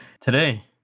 today